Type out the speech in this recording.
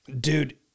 dude